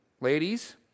ladies